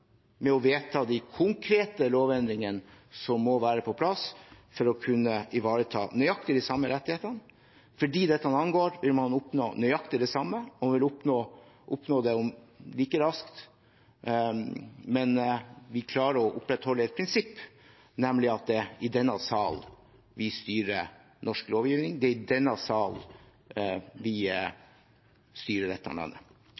med å vedta de konkrete lovendringene som må være på plass for å kunne ivareta nøyaktig de samme rettighetene. For dem dette angår, vil man oppnå nøyaktig det samme, man vil oppnå det like raskt, men vi klarer å opprettholde et prinsipp, nemlig at det er i denne sal vi styrer norsk lovgivning, det er i denne sal vi styrer dette landet.